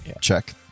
check